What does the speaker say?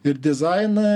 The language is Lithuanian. ir dizainą